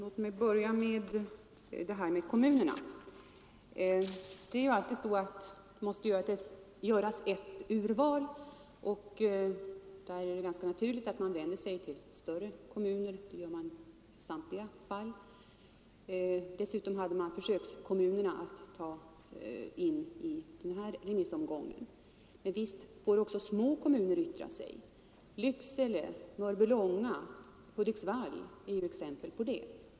Herr talman! Låt mig börja med kommunerna. Det måste alltid göras ett urval, och då är det ganska naturligt att man vänder sig till större kommuner. Det gör man i samtliga fall. Dessutom hade man försökskommunerna att ta in i den här remissomgången. Men visst får också små kommuner yttra sig! Lycksele, Mörbylånga, Hudiksvall exempelvis.